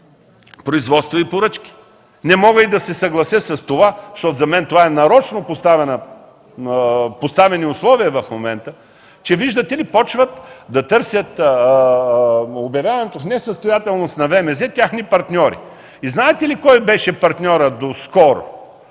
производство и поръчки. Не мога и да се съглася с това, щото за мен това са нарочно поставени условия в момента, че, виждате ли, започват да търсят обявяването в несъстоятелност на ВМЗ техни партньори. И знаете ли кой им беше партньорът доскоро?